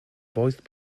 voiced